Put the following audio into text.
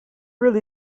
really